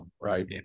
Right